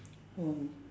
oh